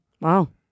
Wow